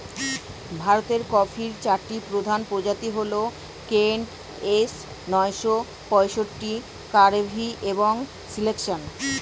ভারতের কফির চারটি প্রধান প্রজাতি হল কেন্ট, এস নয়শো পঁয়ষট্টি, কাভেরি এবং সিলেকশন